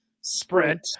sprint